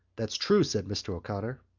that's true, said mr. o'connor.